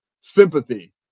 sympathy